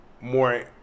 more